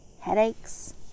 headaches